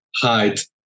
height